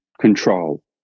control